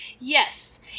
Yes